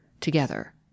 together